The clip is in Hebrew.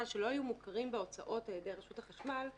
שלא היו מוכרים בהוצאות על ידי רשות החשמל,